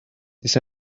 this